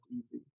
easy